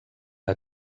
que